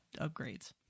upgrades